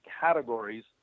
categories